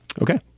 Okay